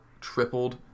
tripled